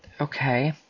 Okay